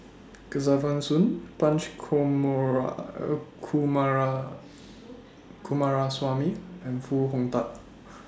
Kesavan Soon Punch Coomaraswamy and Foo Hong Tatt